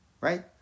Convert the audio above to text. Right